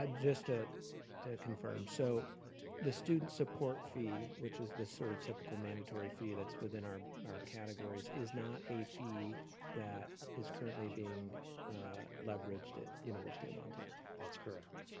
um just to confirm. so the student support fee, which is the sorta typical mandatory fee that's within our our categories, is not a fee that is currently being leveraged at university of montana? that's correct.